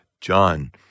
John